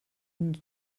une